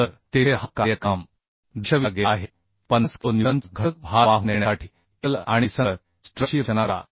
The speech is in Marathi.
तर तेथे हा कार्यक्रम दर्शविला गेला आहे की 50 किलो न्यूटनचा घटक भार वाहून नेण्यासाठी एकल आणि विसंगत स्ट्रटची रचना करा